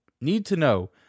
need-to-know